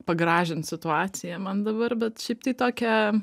pagražint situaciją man dabar bet šiaip tai tokią